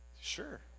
Sure